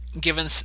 given